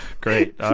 great